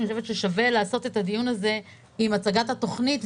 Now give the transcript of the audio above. אני חושבת שכדאי לערוך את הדיון הזה עם הצגת התוכנית,